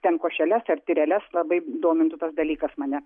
ten košeles ar tyreles labai domintų tas dalykas mane